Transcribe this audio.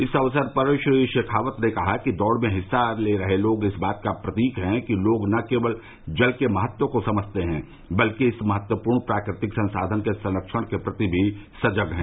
इस अवसर पर श्री शेखावत ने कहा कि दौड़ में हिस्सा ले रहे लोग इस बात का प्रतीक है कि लोग न केवल जल के महत्व को समझते है बल्कि इस महत्वपूर्ण प्राकृ तिक संसाधन के संरक्षण के प्रति सजग भी हैं